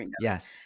Yes